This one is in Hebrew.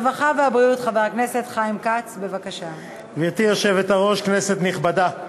התשע"ד 2014, עברה בקריאה שלישית.